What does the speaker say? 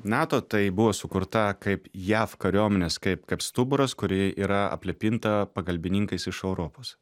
nato tai buvo sukurta kaip jav kariuomenės kaip kaip stuburas kuri yra aplipinta pagalbininkais iš europos